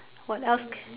what else can